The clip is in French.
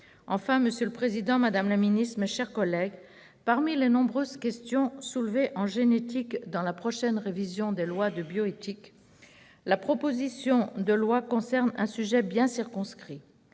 Enfin, monsieur le président, madame la ministre, mes chers collègues, parmi les nombreuses questions soulevées en génétique dans la prochaine révision des lois de bioéthique, cette proposition de loi concerne un sujet bien circonscrit.